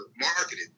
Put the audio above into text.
marketed